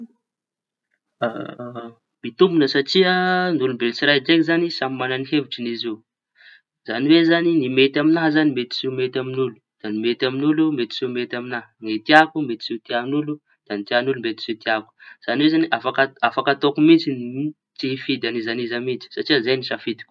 Mitomboña satria ny olombelo tsiraidraiky zañy samy mañany ny hevitsy izy io zañy hoe zañy ny mety amiña zañy mety tsy mety amin'olo mety amin'olo. Da mety tsy mety amiña ny tiako mety tsy ho tian'olo ny tian'olo mety tsy ho tiako. Zañy hoe zañy afaka afaka ataoko mihitsy ny tsy mifidy an'izan'iza mihitsy satria zay ny safidiko.